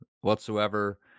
whatsoever